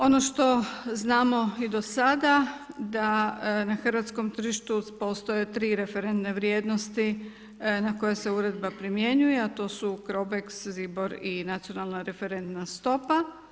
Ono što znamo i do sada, da na hrvatskom tržištu postoje 3 referentne vrijednosti na koje se uredba primjenjuje, a to su CROBEX, ZIBOR i Nacionalna referentna stopa.